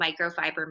microfiber